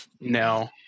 No